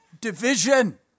division